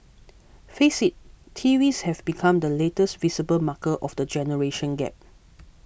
face it T Vs have become the latest visible marker of the generation gap